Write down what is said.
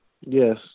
Yes